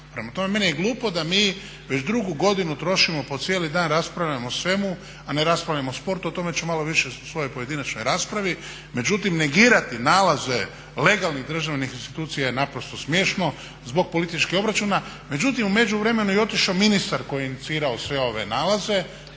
Prema tome, meni je glupo da mi već drugu godinu trošimo po cijeli dan i raspravljamo o svemu a ne raspravljamo o sportu, o tome ću malo više u svojoj pojedinačnoj raspravi. Međutim, negirati nalaze legalnih državnih institucija je naprosto smiješno zbog političkih obračuna. Međutim, u međuvremenu je otišao ministar koji je inicirao sve ove nalaze,